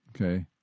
Okay